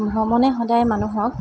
ভ্ৰমণে সদায় মানুহক